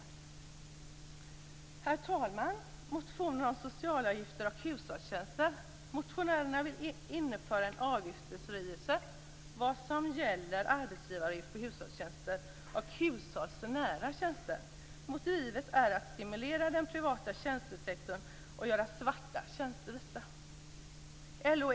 Herr talman! Jag skall säga något om motionerna om socialavgifter och hushållstjänster. Motionärerna vill införa en avgiftsbefrielse vad gäller arbetsgivaravgift på hushållstjänster och hushållsnära tjänster. Motivet är att stimulera den privata tjänstesektorn och göra svarta tjänster vita.